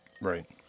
Right